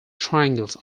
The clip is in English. triangles